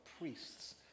priests